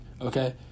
okay